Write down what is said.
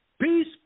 peace